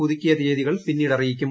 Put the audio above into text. പുതുക്കിയ തീയതികൾ പിന്നീട് അറിയിക്കും